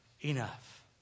enough